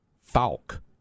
Falk